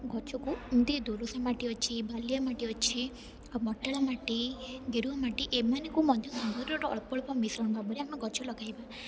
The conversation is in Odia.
ଗଛକୁ ଏମିତି ଦୋରସା ମାଟି ଅଛି ବାଲିଆ ମାଟି ଅଛି ଆଉ ମଟାଳ ମାଟି ଗେରୁଆ ମାଟି ଏମାନଙ୍କୁ ମଧ୍ୟ ସାଙ୍ଗରେ ଅଳ୍ପ ଅଳ୍ପ ମିଶ୍ରଣ ଭାବରେ ଆମେ ଗଛ ଲଗାଇବା